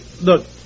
Look